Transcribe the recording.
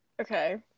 Okay